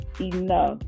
enough